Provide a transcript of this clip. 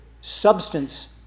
substance